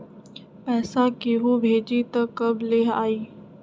पैसा केहु भेजी त कब ले आई?